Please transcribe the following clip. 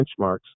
benchmarks